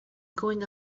going